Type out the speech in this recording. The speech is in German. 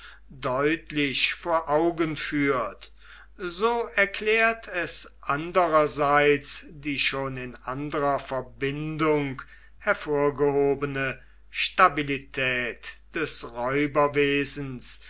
deutlich vor augen führt so erklärt es andererseits die schon in anderer verbindung hervorgehobene stabilität des